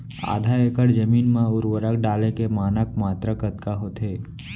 आधा एकड़ जमीन मा उर्वरक डाले के मानक मात्रा कतका होथे?